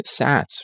sats